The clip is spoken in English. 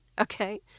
okay